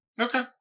Okay